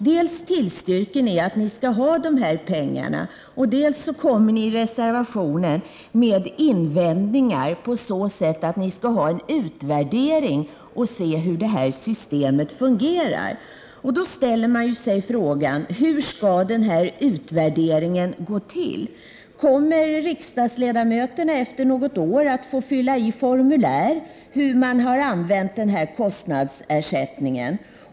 Dels tillstyrker ni att vi skall ha de här pengarna, dels kommer ni i reservationen med invändningar på så sätt att ni vill ha en utvärdering för att se hur systemet fungerar. Då ställer jag mig frågan: Hur skall den utvärderingen gå till? Kommer riksdagsledamöterna efter något år att få fylla i formulär där de redogör för hur de har använt den här kostnadsersättningen?